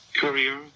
courier